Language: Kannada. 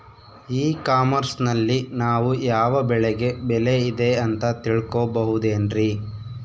ಇ ಕಾಮರ್ಸ್ ನಲ್ಲಿ ನಾವು ಯಾವ ಬೆಳೆಗೆ ಬೆಲೆ ಇದೆ ಅಂತ ತಿಳ್ಕೋ ಬಹುದೇನ್ರಿ?